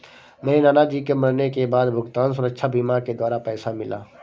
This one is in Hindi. मेरे नाना जी के मरने के बाद भुगतान सुरक्षा बीमा के द्वारा पैसा मिला